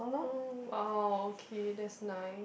oh !wow! okay that's nice